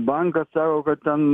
bankas sako kad ten